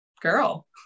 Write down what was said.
girl